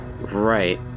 Right